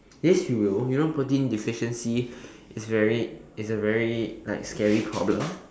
yes you will you know protein deficiency is very is a very like scary problem